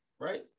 Right